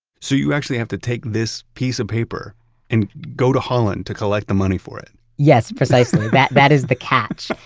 so you actually have to take this piece of paper and go to holland to collect the money for it? yes, precisely that that is the catch.